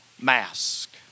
mask